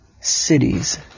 cities